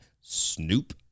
snoop